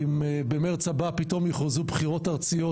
אם במרץ הבא פתאום יוכרזו בחירות ארציות